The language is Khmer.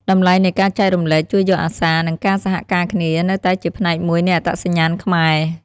តម្លៃនៃការចែករំលែក ជួយយកអាសា និងការសហការគ្នានៅតែជាផ្នែកមួយនៃអត្តសញ្ញាណខ្មែរ។